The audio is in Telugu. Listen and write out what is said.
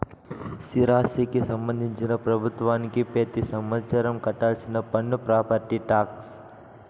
స్థిరాస్తికి సంబంధించి ప్రభుత్వానికి పెతి సంవత్సరం కట్టాల్సిన పన్ను ప్రాపర్టీ టాక్స్